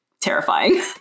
terrifying